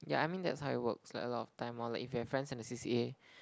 ya I mean that's how it works like a lot of time lor like if you have friends in the C_C_A